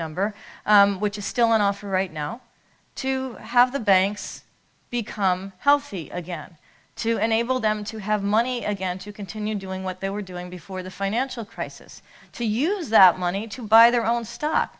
number which is still on offer right now to have the banks become healthy again to enable them to have money again to continue doing what they were doing before the financial crisis to use that money to buy their own stock